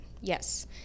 yes